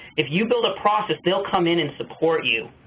if you build a process, they will come in and support you.